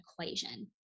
equation